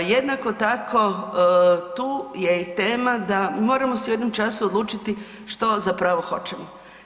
Jednako tako, tu je i tema da, moramo se u jednom času odlučiti što zapravo hoćete.